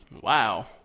Wow